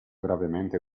gravemente